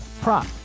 prop